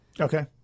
Okay